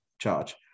charge